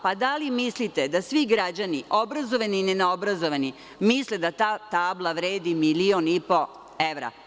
Pa, da li mislite da svi građani, obrazovani i neobrazovani, misle da ta tabla vredi milion i po evra?